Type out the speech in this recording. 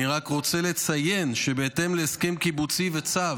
אני רוצה לציין שבהתאם להסכם קיבוצי וצו